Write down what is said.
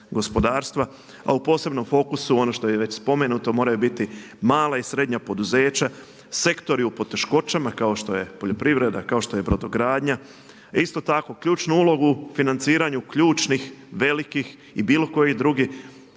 gospodarstva. A u posebnom fokusu, ono što je već i spomenuto moraju biti mala i srednja poduzeća, sektori u poteškoćama kao što je poljoprivreda, kao što je brodogradnja. A isto tako ključnu ulogu u financiranju ključnih, velikih i bilo kojih drugih